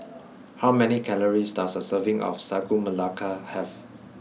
how many calories does a serving of Sagu Melaka have